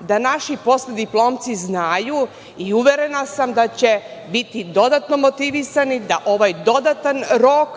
da naši postdiplomci znaju i uverena sam da će biti dodatno motivisani da ovaj dodatan rok